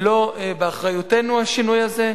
לא באחריותנו השינוי הזה,